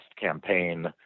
campaign